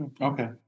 Okay